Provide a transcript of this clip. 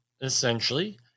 essentially